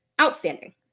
outstanding